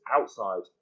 outside